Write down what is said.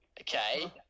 okay